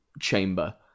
chamber